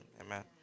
Amen